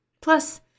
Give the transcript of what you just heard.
Plus